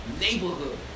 neighborhood